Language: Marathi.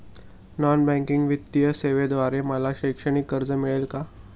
नॉन बँकिंग वित्तीय सेवेद्वारे मला शैक्षणिक कर्ज मिळेल का?